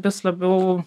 vis labiau